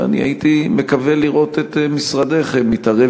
אני הייתי מקווה לראות את משרדך מתערב